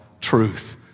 truth